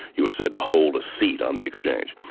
you were said to hold a seat on the exchange.